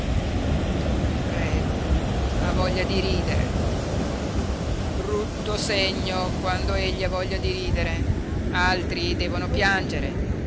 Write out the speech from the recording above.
don predu ha voglia di ridere brutto segno quando egli ha voglia di ridere altri devono piangere